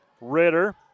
Ritter